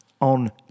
on